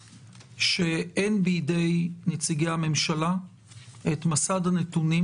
היא שאין בידי נציגי הממשלה את מסד הנתונים